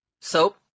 Soap